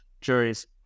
juries